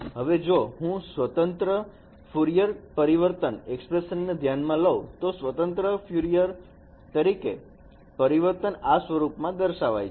હવે જો હું સ્વતંત્ર ક્યુરિયર પરિવર્તન એક્સપ્રેશન ને ધ્યાનમાં લવ તો સ્વતંત્ર ક્યુરિયર માટે પરિવર્તન આ સ્વરૂપમાં દર્શાવાય છે